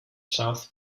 south